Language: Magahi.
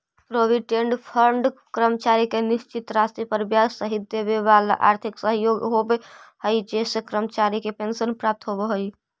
प्रोविडेंट फंड कर्मचारी के निश्चित राशि पर ब्याज सहित देवेवाला आर्थिक सहयोग होव हई जेसे कर्मचारी के पेंशन प्राप्त होव हई